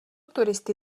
turisty